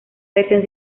versión